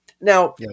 Now